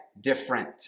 different